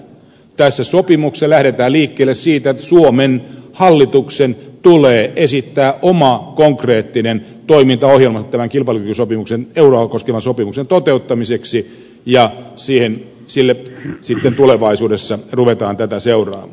tässä sopimuksessa lähdetään liikkeelle siitä että suomen hallituksen tulee esittää oma konkreettinen toimintaohjelma tämän kilpailukykysopimuksen euroa koskevan sopimuksen toteuttamiseksi ja sitten tulevaisuudessa ruvetaan tätä seuraamaan